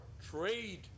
trade